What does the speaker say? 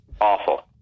Awful